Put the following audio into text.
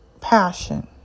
passion